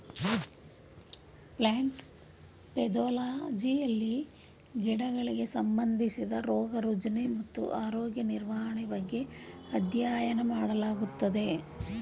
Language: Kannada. ಪ್ಲಾಂಟ್ ಪೆದೊಲಜಿಯಲ್ಲಿ ಗಿಡಗಳಿಗೆ ಸಂಬಂಧಿಸಿದ ರೋಗ ರುಜಿನ ಮತ್ತು ಆರೋಗ್ಯ ನಿರ್ವಹಣೆ ಬಗ್ಗೆ ಅಧ್ಯಯನ ಮಾಡಲಾಗುತ್ತದೆ